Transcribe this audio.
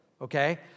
okay